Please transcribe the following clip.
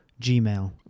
Gmail